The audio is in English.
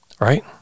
Right